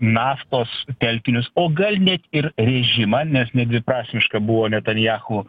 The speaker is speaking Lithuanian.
naftos telkinius o gal net ir režimą nes nedviprasmiška buvo netanyahu